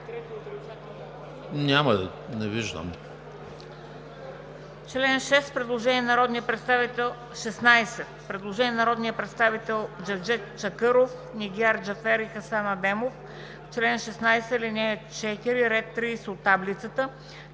Няма. Не виждам